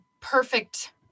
perfect